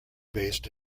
based